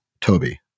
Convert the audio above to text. Toby